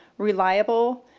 reliable,